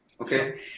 Okay